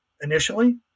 initially